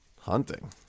Hunting